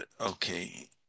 Okay